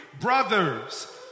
Brothers